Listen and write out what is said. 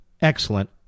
excellent